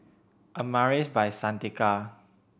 Amaris By Santika